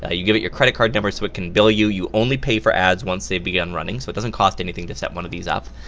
ah you give it your credit card number so it can bill you. you only pay for ads once they've begun running, so it doesn't cost anything to set one of these up,